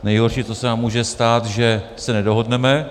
Nejhorší, co se nám může stát, že se nedohodneme.